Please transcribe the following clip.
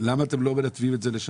למה אתם לא מנתבים את זה לשם?